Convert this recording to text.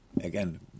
again